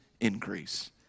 increase